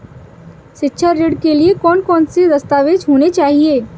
शिक्षा ऋण के लिए कौन कौन से दस्तावेज होने चाहिए?